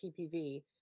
PPV